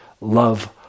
love